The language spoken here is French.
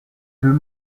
deux